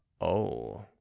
Oh